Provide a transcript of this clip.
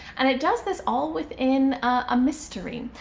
and it does this all within a mystery.